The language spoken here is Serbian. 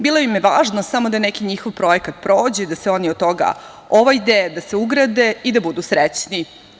Bilo im je važno samo da neki njihov projekat prođe, da se oni od toga ovajde, da se ugrade i da budu srećni.